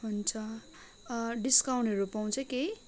हुन्छ डिस्काउन्टहरू पाउँछ केही